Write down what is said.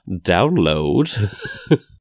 download